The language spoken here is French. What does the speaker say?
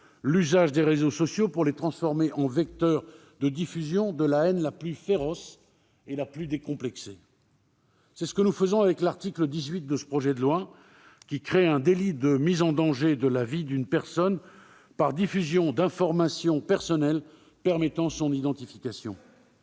l'usage des réseaux sociaux pour les transformer en vecteur de diffusion de la haine la plus féroce et la plus décomplexée. C'est ce que nous faisons avec l'article 18 de ce projet de loi, qui crée un délit de mise en danger de la vie d'une personne par diffusion d'informations personnelles permettant son identification.